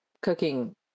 cooking